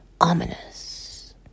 ominous